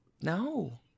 No